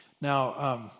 Now